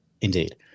Indeed